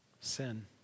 Sin